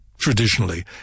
traditionally